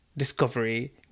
discovery